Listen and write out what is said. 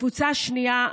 קבוצה שנייה,